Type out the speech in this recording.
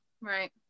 Right